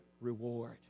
reward